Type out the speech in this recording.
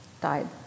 died